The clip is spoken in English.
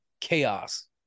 chaos